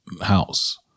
house